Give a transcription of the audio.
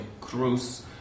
Cruz